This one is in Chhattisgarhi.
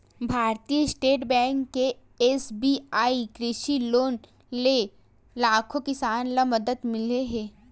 भारतीय स्टेट बेंक के एस.बी.आई कृषि लोन ले लाखो किसान ल मदद मिले हे